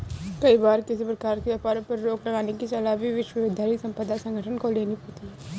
कई बार किसी प्रकार के व्यापारों पर रोक लगाने की सलाह भी विश्व बौद्धिक संपदा संगठन को लेनी पड़ती है